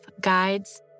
guides